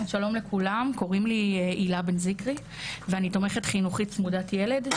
שלום לכולם קורים לי הילה בן זיקרי ואני תומכת חינוכית צמודת ילד,